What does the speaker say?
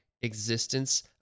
existence